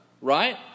Right